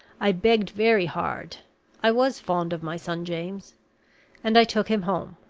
i begged very hard i was fond of my son james and i took him home,